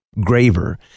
Graver